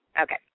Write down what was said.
Okay